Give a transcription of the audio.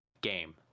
game